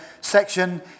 section